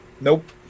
nope